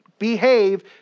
behave